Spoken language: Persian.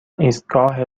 ایستگاه